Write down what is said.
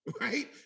right